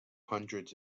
hundreds